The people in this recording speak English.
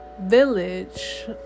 village